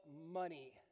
money